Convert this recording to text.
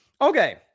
Okay